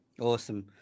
awesome